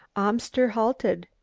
amster halted,